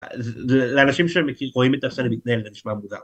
לאנשים שהם מכירים, רואים את איך שאני מתנהל, זה נשמע מוזר